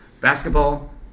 Basketball